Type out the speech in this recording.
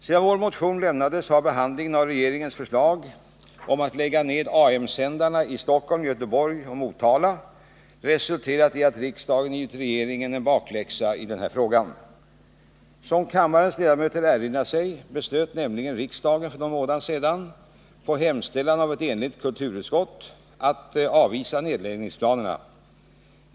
Sedan vår motion lämnades har behandlingen av regeringens förslag om att lägga ned AM-sändarna i Stockholm, Göteborg och Motala resulterat i att riksdagen givit regeringen en bakläxa i denna fråga. Som kammarens ledamöter erinrar sig beslöt nämligen riksdagen för någon månad sedan, på hemställan av ett enigt kulturutskott, att avvisa nedläggningsplanerna.